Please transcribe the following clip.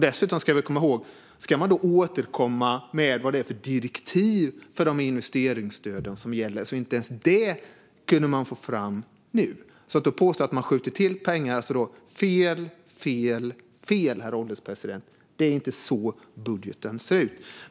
Dessutom ska vi komma ihåg att man ska återkomma med vilka direktiv som gäller för investeringsstöden. Inte ens det kunde man alltså få fram nu. Att då påstå att man skjuter till pengar är fel, fel, fel, herr ålderspresident. Det är inte så budgeten ser ut.